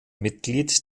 mitglied